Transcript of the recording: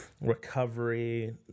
recovery